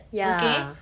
ya